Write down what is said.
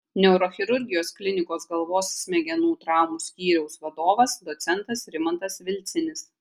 neurochirurgijos klinikos galvos smegenų traumų skyriaus vadovas docentas rimantas vilcinis